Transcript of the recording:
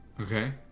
Okay